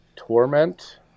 Torment